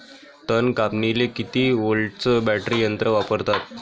तन कापनीले किती व्होल्टचं बॅटरी यंत्र वापरतात?